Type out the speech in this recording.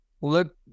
look